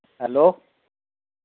hello